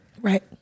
Right